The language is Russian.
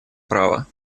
права